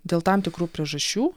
dėl tam tikrų priežasčių